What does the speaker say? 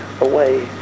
away